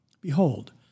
Behold